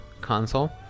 console